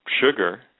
sugar